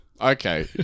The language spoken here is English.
Okay